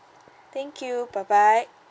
thank you bye bye